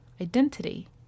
identity